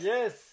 Yes